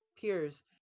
peers